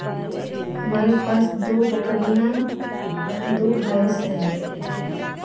हमारे पास दो बकरियाँ दो भैंस है